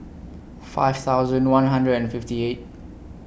five thousand one hundred and fifty eight